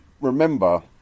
remember